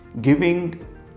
giving